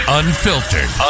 unfiltered